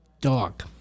Dog